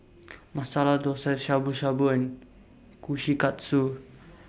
Masala Dosa Shabu Shabu and Kushikatsu